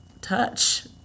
touch